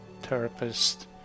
therapist